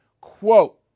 quote